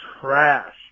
trash